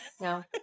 No